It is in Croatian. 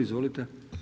Izvolite.